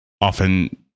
often